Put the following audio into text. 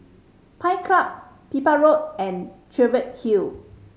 Pines Club Pipit Road and Cheviot Hill